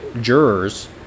jurors